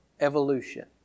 evolution